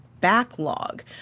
backlog